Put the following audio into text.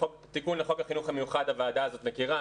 את התיקון לחוק החינוך המיוחד הוועדה הזאת מכירה.